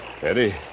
Eddie